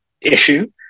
issue